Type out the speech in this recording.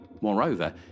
Moreover